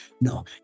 No